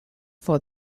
for